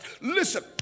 Listen